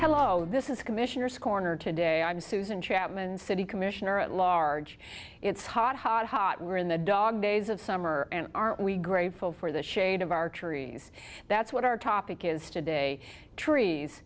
hello this is commissioner scorner today i'm susan chapman's city commissioner at large it's hot hot hot we're in the dog days of summer and are we grateful for the shade of archery that's what our topic is today trees